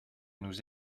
nous